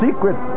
Secret